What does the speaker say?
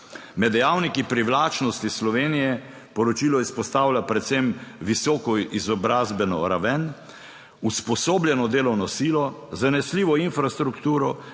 Med dejavniki privlačnosti Slovenije poročilo izpostavlja predvsem visoko izobrazbeno raven, usposobljeno delovno silo, zanesljivo infrastrukturo,